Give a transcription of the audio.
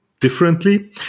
differently